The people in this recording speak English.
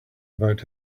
about